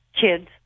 kids